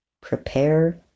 Prepare